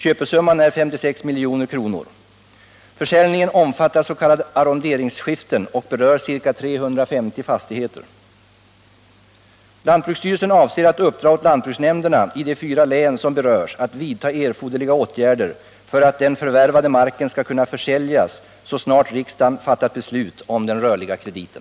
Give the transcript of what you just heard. Köpesumman är 56 milj.kr. Försäljningen omfattar s.k. arronderingsskiften och berör ca 350 fastigheter. Lantbruksstyrelsen avser att uppdra åt lantbruksnämnderna i de fyra län som berörs att vidta erforderliga åtgärder för att den förvärvade marken skall kunna försäljas så snart riksdagen fattat beslut om den rörliga krediten.